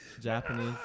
Japanese